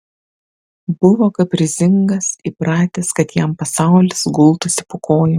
buvo kaprizingas įpratęs kad jam pasaulis gultųsi po kojų